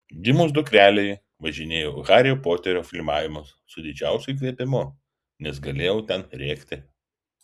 gimus dukrelei važinėjau į hario poterio filmavimus su didžiausiu įkvėpimu nes galėjau ten rėkti